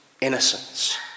innocence